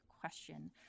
question